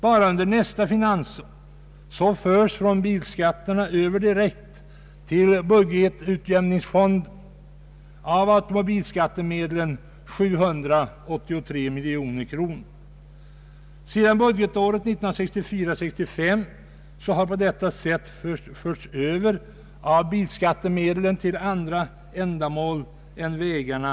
Bara under nästa finansår överförs till budgetutjämningsfonden 783 miljoner kronor av bilskattemedlen. Sedan budgetåret 1964/65 har av bilskattemedel på detta sätt 2 å 3 miljarder kronor förts över till andra ändamål än vägarna.